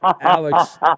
Alex